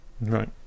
Right